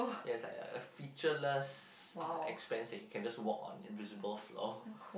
ya is like a featureless express that you can just walk on invisible floor